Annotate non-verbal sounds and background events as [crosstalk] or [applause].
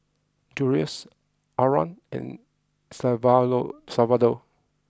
Julious Harlan and [unintelligible] Salvador